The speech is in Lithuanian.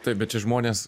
taip bet čia žmonės